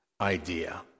idea